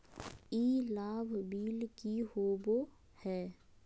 ई लाभ बिल की होबो हैं?